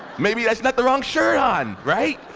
maybe, that's not the wrong shirt on. right?